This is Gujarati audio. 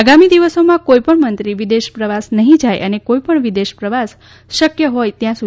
આગામી દિવસોમાં કોઇપણ મંત્રી વિદેશ પર્વાસ નહીં જાય અને લોકો પણ વિદેશ પ્રવાસ શક્ય હોય ત્યાં સુધી ટાળે